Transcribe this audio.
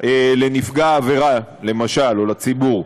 לנפגע העבירה, למשל, או לציבור.